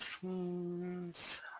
teams